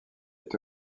est